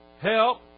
Help